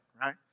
right